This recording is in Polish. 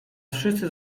wszyscy